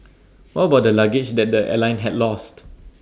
what about the luggage that the airline had lost